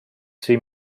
see